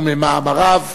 וממאמריו,